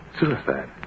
Suicide